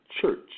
church